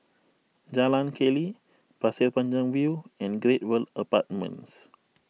Jalan Keli Pasir Panjang View and Great World Apartments